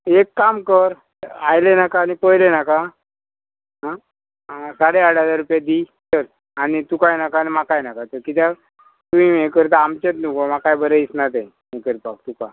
एक काम कर आयलें नाका आनी पयलें नाका आं साडे आट हजार रुपया दी आनी तुकाय नाका आनी म्हाकाय नाका तर किद्याक तुमी हें करता आमचेंच न्हू गो म्हाकाय बरें दिसना तें हें करपाक तुका